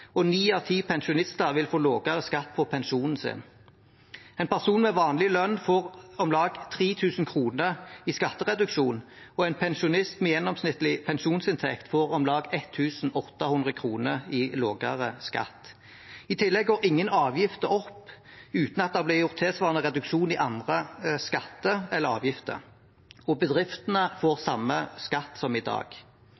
og ni av ti pensjonister vil få lavere skatt på pensjonen sin. En person med vanlig lønn får om lag 3 000 kr i skattereduksjon, og en pensjonist med gjennomsnittlig pensjonsinntekt får om lag 1 800 kr i lavere skatt. I tillegg går ingen avgifter opp uten at det blir gjort en tilsvarende reduksjon av andre skatter eller avgifter. Bedriftene får